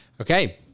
Okay